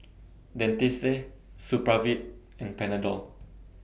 Dentiste Supravit and Panadol